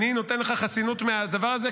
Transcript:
אני נותן לך חסינות מהדבר הזה,